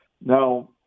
Now